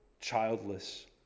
childless